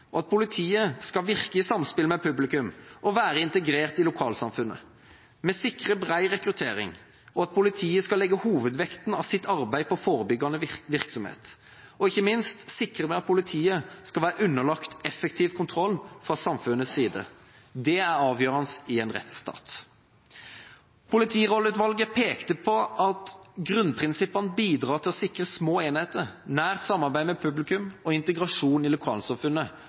at politiet skal virke i samspill med publikum og være integrert i lokalsamfunnet. Vi sikrer bred rekruttering og at politiet skal legge hovedvekten av sitt arbeid på forebyggende virksomhet. Ikke minst sikrer vi at politiet skal være underlagt effektiv kontroll fra samfunnets side. Det er avgjørende i en rettsstat. Politirolleutvalget pekte på at grunnprinsippene bidrar til å sikre små enheter, nært samarbeid med publikum og integrasjon i lokalsamfunnet,